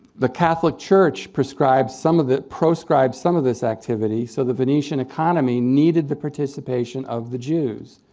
the catholic church prescribed some of the proscribed some of this activity. so the venetian economy needed the participation of the jews.